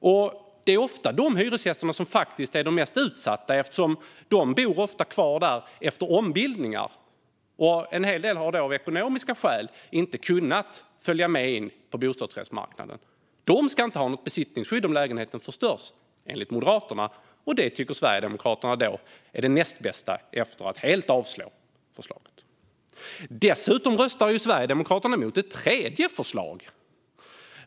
Det är ofta dessa hyresgäster som är mest utsatta eftersom de ofta bor kvar efter ombildningar. Många har av ekonomiska skäl inte kunnat följa med in på bostadsrättsmarknaden. De ska enligt Moderaterna inte ha något besittningsskydd om lägenheten förstörs, och detta tycker Sverigedemokraterna är det näst bästa efter att helt avslå förslaget. Dessutom röstar Sverigedemokraterna mot ett tredje förslag.